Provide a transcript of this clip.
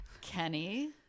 Kenny